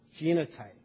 genotype